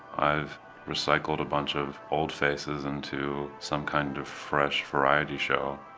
i've recycled a bunch of old faces into some kind of fresh variety show,